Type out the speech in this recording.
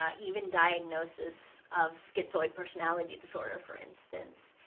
ah even diagnosis of so schizoid personality disorder, for instance,